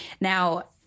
Now